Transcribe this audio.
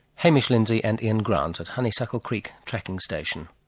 hamish lindsay and ian grant at honeysuckle creek tracking station.